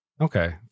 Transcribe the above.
Okay